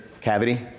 cavity